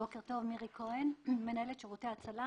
בוקר טוב, אני מירי כהן, מנהלת שירותי הצלה